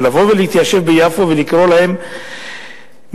לבוא ולהתיישב ביפו, ולקרוא להם מתנחלים,